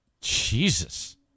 Jesus